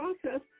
process